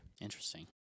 Interesting